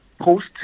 post